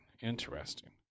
Interesting